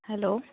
hello